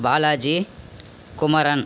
Balaji Kumaran